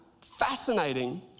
fascinating